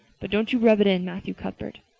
but don't you rub it in, matthew cuthbert.